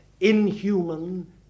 inhuman